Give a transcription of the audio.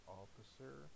officer